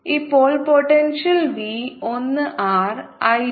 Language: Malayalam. ഇപ്പോൾ പോട്ടെൻഷ്യൽ V ഒന്ന് ആർ I 2 ആണ്